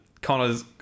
Connor's